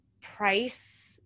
price